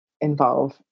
involve